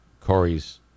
Corey's